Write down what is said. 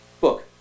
book